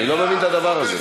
אני לא מבין את הדבר הזה.